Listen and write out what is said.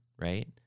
right